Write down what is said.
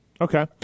okay